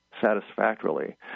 satisfactorily